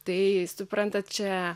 tai suprantat čia